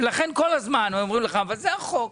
ולכן כל הזמן הם אומרים לך אבל זה החוק,